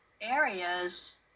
areas